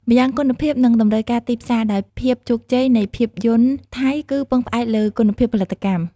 ម្យ៉ាងគុណភាព និងតម្រូវការទីផ្សារ ដោយភាពជោគជ័យនៃភាពយន្តថៃគឺពឹងផ្អែកលើ គុណភាពផលិតកម្ម។